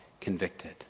convicted